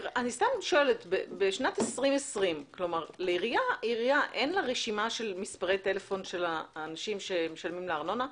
בשנת 2020 לעירייה אין רשימת מספי טלפון של האנשים שמשלמים לה ארנונה?